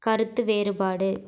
கருத்து வேறுபாடு